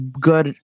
good